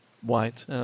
white